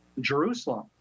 Jerusalem